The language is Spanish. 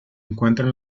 encuentran